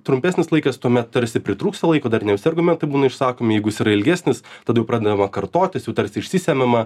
trumpesnis laikas tuomet tarsi pritrūksta laiko dar ne visi argumentai būna išsakomi jeigu jis yra ilgesnis tada jau pradedama kartotis jau tarsi išsisemiama